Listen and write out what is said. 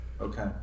Okay